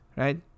right